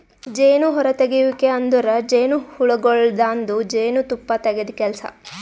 ಜೇನು ಹೊರತೆಗೆಯುವಿಕೆ ಅಂದುರ್ ಜೇನುಹುಳಗೊಳ್ದಾಂದು ಜೇನು ತುಪ್ಪ ತೆಗೆದ್ ಕೆಲಸ